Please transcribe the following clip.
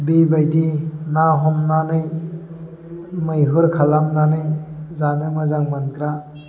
बेबायदि ना हमनानै मैहुर खालामनानै जानो मोजां मोनग्रा